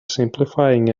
simplifying